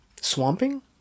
Swamping